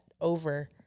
over